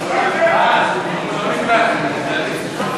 מס' 4) (איסור הפליה מטעמי נטייה מינית וזהות